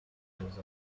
results